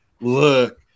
look